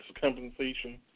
compensation